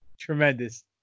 Tremendous